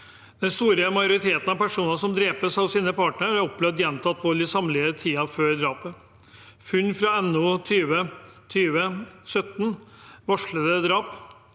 Den store majoriteten av personer som drepes av sin partner, har opplevd gjentatt vold i samlivet i tiden før drapet. Funn fra NOU 2020: 17, Varslede drap?